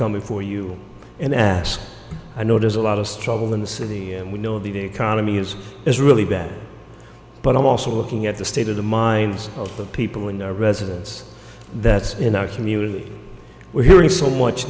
before you and ask i know there's a lot of trouble in the city and we know the economy is is really bad but i'm also looking at the state of the minds of the people in their residence that's in our community we're hearing so much